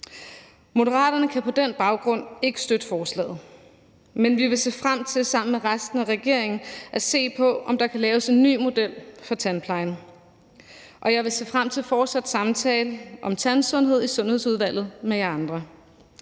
Moderaterne kan på den baggrund ikke støtte forslaget, men vi vil se frem til sammen med resten af regeringen at se på, om der kan laves en ny model for tandplejen, og jeg vil se frem til en fortsat samtale om tandsundhed i Sundhedsudvalget med jer andre.